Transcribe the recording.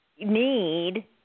need